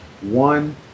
one